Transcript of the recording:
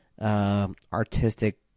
artistic